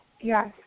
Yes